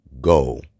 go